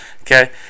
Okay